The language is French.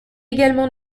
également